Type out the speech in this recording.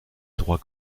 droits